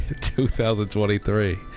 2023